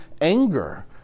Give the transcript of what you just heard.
anger